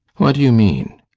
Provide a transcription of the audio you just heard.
what do you mean?